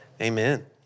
amen